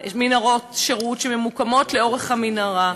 מנהרות שירות שממוקמות לאורך המנהרה.